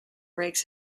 breaks